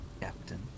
Captain